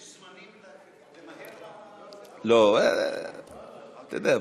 יש, למהר, לא, אתה יודע.